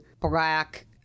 black